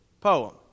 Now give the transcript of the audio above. poem